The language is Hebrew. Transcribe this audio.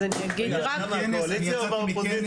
אז אני אגיד רק --- אתה מהקואליציה או באופוזיציה?